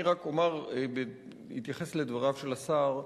אני רק אתייחס לדבריו של השר.